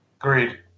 Agreed